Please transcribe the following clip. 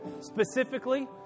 specifically